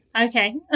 Okay